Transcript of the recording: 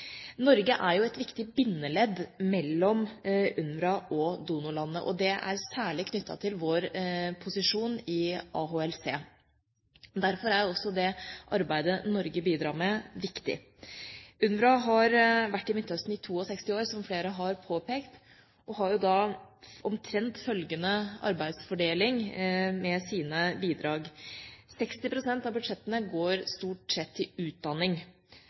Norge er et viktig bindeledd mellom UNRWA og donorlandene. Det er særlig knyttet til vår posisjon i AHLC. Derfor er også det arbeidet Norge bidrar med, viktig. UNRWA har vært i Midtøsten i 62 år, som flere har påpekt, og har da omtrent følgende arbeidsfordeling med sine bidrag: 60 pst. av budsjettene går stort sett til utdanning.